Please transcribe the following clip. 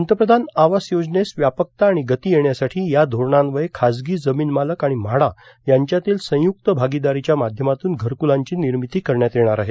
पंतप्रधान आवास योजनेस व्यापकता आणि गती येण्यासाठी या धोरणान्वये खासगी जमीन मालक आणि म्हाडा यांच्यातील संय्रक्त भागीदारीच्या माध्यमातून घरकूलांची निर्मिती करण्यात येणार आहे